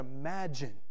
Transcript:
imagine